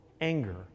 Anger